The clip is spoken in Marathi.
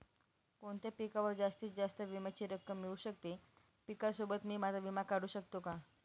कोणत्या पिकावर जास्तीत जास्त विम्याची रक्कम मिळू शकते? पिकासोबत मी माझा विमा काढू शकतो का?